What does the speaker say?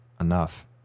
enough